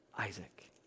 Isaac